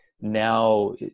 Now